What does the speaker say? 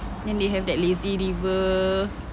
then they have that lazy river